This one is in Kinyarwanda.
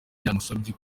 yarasabye